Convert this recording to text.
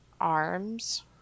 arms